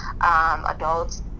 adults